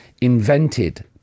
invented